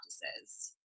practices